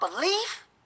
belief